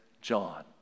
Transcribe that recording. john